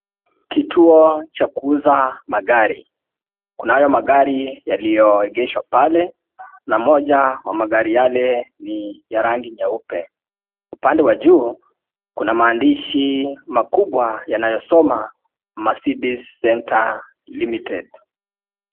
Kituo cha kuuza magari. Kunayo magari yaliyoegeshwa pale na moja ya magari yale ni ya rangi nyeupe. Upande wa juu Kuna maandishi makubwa yanayosoma Mercedes Center Limited.